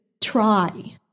try